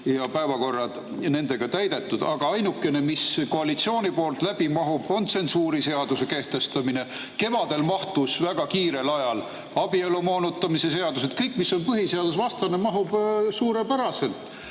päevakorrad nendega täidetud, aga ainukene, mis koalitsiooni poolt läbi mahub, on tsensuuriseaduse kehtestamine. Kevadel mahtus väga kiirel ajal abielu moonutamise seadus. Kõik, mis on põhiseadusvastane, mahub suurepäraselt